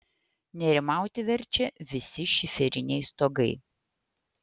nerimauti verčia visi šiferiniai stogai